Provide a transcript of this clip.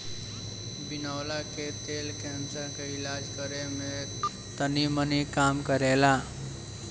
बिनौला के तेल कैंसर के इलाज करे में तनीमनी काम करेला